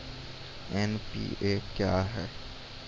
NPA क्या हैं?